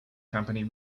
company